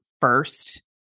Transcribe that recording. first